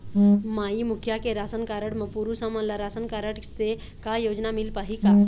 माई मुखिया के ration card म पुरुष हमन ला रासनकारड से का योजना मिल पाही का?